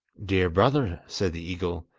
dear brother said the eagle,